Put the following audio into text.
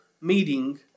meeting